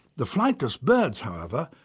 the flightless birds however,